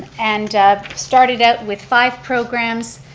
and started out with five programs,